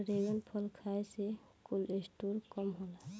dragon फल खाए से कोलेस्ट्राल कम होला